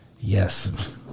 Yes